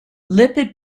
lipid